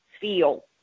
feel